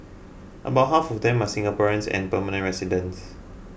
about half of them are Singaporeans and permanent residents